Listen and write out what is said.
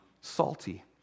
salty